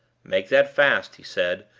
make that fast, he said,